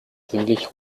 ziemlich